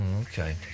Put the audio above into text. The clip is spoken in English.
Okay